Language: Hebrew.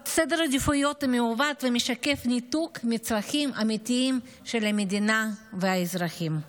סדר עדיפויות מעוות המשקף ניתוק מהצרכים האמיתיים של המדינה והאזרחים.